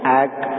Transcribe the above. act